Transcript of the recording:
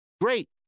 great